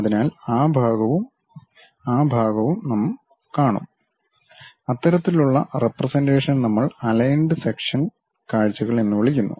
അതിനാൽ ആ ഭാഗവും ആ ഭാഗവും നാം കാണും അത്തരത്തിലുള്ള റെപ്രെസെൻ്റേഷൻ നമ്മൾ അലൈൻഡ് സെക്ഷനൽ കാഴ്ചകൾ എന്ന് വിളിക്കുന്നു